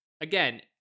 again